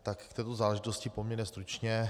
K této záležitosti poměrně stručně.